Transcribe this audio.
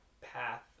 path